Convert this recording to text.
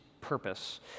purpose